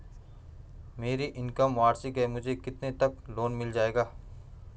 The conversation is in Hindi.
मेरी इनकम वार्षिक है मुझे कितने तक लोन मिल जाएगा?